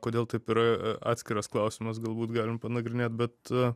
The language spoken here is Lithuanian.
kodėl taip yra atskiras klausimas galbūt galim panagrinėt bet